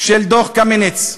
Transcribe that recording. של דוח קמיניץ,